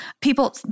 people